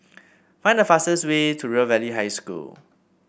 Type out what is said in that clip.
find the fastest way to River Valley High School